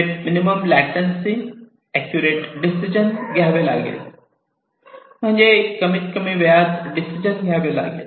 with minimum latency accurate decision घ्यावे लागते म्हणजे कमीत कमी वेळात डिसिजन घ्यावे लागते